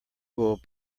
will